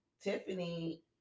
tiffany